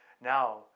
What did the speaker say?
Now